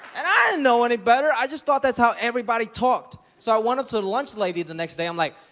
and i didn't know any better. i just thought that's how everybody talked. so i went up to the lunch lady the next day. i'm like,